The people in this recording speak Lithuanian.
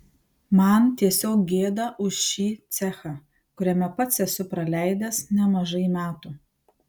man tiesiog gėda už šį cechą kuriame pats esu praleidęs nemažai metų